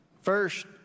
First